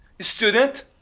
student